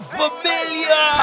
familiar